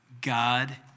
God